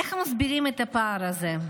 איך מסבירים את הפער הזה?